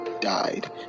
died